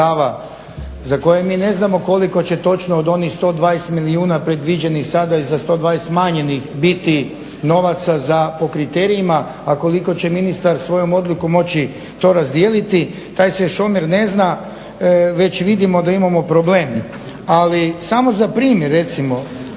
za koje mi ne znamo koliko će točno od onih 120 milijuna predviđenih sada i za 120 smanjenih biti novaca za, po kriterijima. A koliko će ministar svojom odlukom moći to razdijeliti, taj se još omjer još ne zna, već vidimo da imamo problem. Ali samo za primjer recimo,